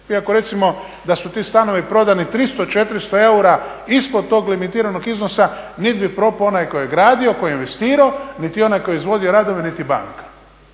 I ako recimo da su ti stanovi prodani 300, 400 eura ispod tog limitiranog iznosa niti bi propao onaj koji je gradio koji je investirao niti onaj koji je izvodio radove niti banka.